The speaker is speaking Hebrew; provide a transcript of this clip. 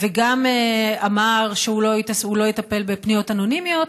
וגם אמר שהוא לא יטפל בפניות אנונימיות.